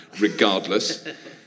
Regardless